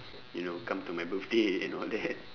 you know come to my birthday and all that